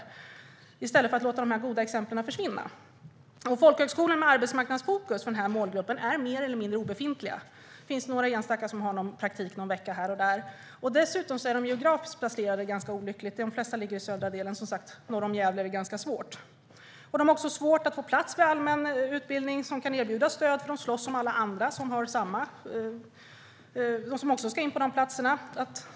Varför inte permanenta i stället för att låta dessa goda exempel försvinna? Folkhögskolor med arbetsmarknadsfokus för den här målgruppen är mer eller mindre obefintliga. Det finns några enstaka som har en praktik någon vecka här och där. Dessutom är de geografiskt sett ganska olyckligt placerade; de flesta ligger i den södra delen, och norr om Gävle är det som sagt ganska svårt. De har också svårt att få plats på allmän utbildning som kan erbjuda stöd, för de slåss med alla andra som också ska in på de platserna.